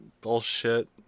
bullshit